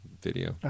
Video